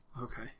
Okay